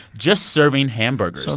just serving hamburgers. so